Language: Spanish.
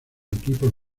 equipos